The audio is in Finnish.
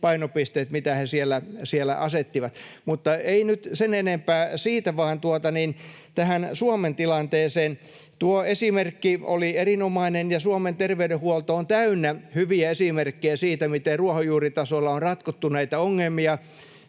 painopisteet, mitä he siellä asettivat. Mutta ei nyt sen enempää siitä vaan tähän Suomen tilanteeseen. Tuo esimerkki oli erinomainen, ja Suomen terveydenhuolto on täynnä hyviä esimerkkejä siitä, miten ruohonjuuritasolla on ratkottu näitä ongelmia.